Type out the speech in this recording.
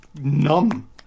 numb